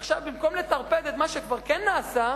עכשיו, במקום לעודד את מה שכבר כן נעשה,